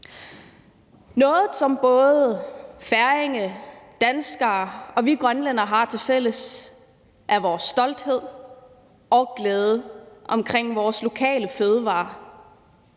Noget, som både færinger, danskere og vi grønlændere har tilfælles, er vores stolthed og glæde omkring vores lokale fødevarer.